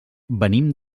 venim